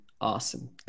awesome